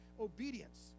obedience